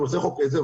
--- חוק עזר,